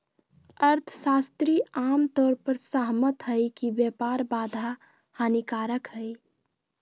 अर्थशास्त्री आम तौर पर सहमत हइ कि व्यापार बाधा हानिकारक हइ